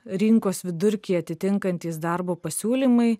rinkos vidurkį atitinkantys darbo pasiūlymai